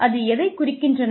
அது எதைக் குறிக்கின்றன